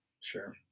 sure